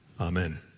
Amen